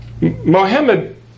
Mohammed